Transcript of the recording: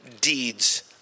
deeds